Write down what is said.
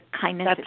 kindness